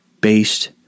based